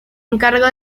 encarga